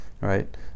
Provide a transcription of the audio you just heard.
Right